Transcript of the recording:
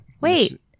Wait